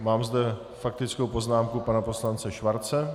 Mám zde faktickou poznámku pana poslance Schwarze.